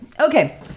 Okay